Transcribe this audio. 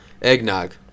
Eggnog